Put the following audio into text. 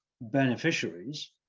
beneficiaries